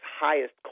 highest